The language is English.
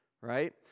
right